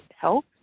help